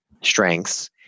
strengths